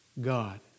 God